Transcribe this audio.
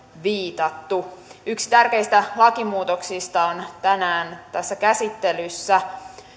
viitattu yksi tärkeistä lakimuutoksista on tänään käsittelyssä